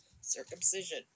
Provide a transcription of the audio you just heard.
Circumcision